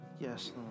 Yes